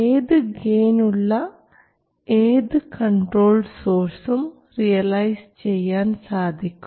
ഏത് ഗെയിൻ ഉള്ള ഏത് കൺട്രോൾഡ് സോഴ്സും റിയലൈസ് ചെയ്യാൻ സാധിക്കും